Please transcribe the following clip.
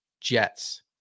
Jets